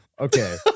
Okay